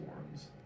forums